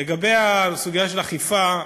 לגבי הסוגיה של האכיפה,